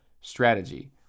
strategy